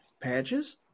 Patches